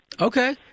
Okay